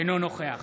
אינו נוכח